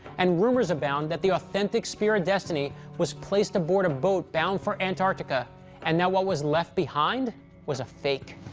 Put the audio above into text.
and rumors abound that the authentic spear of and destiny was placed aboard a boat bound for antarctica and that what was left behind was a fake.